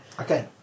Okay